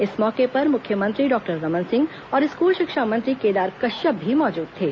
इस मौके पर मुख्यमंत्री डॉक्टर रमन सिंह और स्कुल शिक्षा मंत्री केदार कश्यप भी मौजुद थे